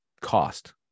cost